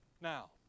Now